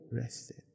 rested